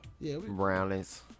brownies